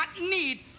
need